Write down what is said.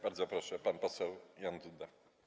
Bardzo proszę, pan poseł Jan Duda.